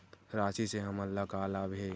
राशि से हमन ला का लाभ हे?